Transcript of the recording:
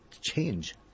change